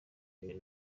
iri